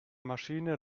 maschine